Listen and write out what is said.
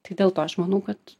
tai dėl to aš manau kad